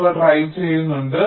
എന്നിവ ഡ്രൈവ് ചെയ്യുന്നുണ്ട്